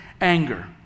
anger